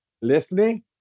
listening